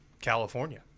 California